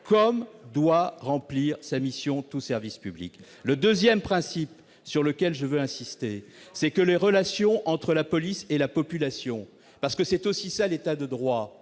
comme doit remplir sa mission tout service public. Deuxième principe, sur lequel je veux insister : les relations entre la police et la population- c'est aussi cela l'État de droit